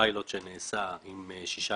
הפיילוט שנעשה עם שישה